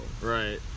Right